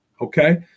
okay